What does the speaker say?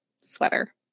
sweater